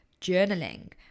journaling